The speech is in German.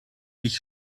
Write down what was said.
dich